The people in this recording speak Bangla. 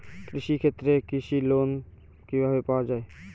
কৃষি ক্ষেত্রে কৃষি লোন কিভাবে পাওয়া য়ায়?